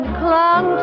clung